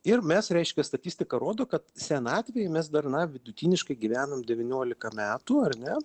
ir mes reiškia statistika rodo kad senatvėj mes dar na vidutiniškai gyvenam devyniolika metų ar ne